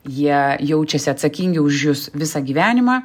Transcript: jie jaučiasi atsakingi už jus visą gyvenimą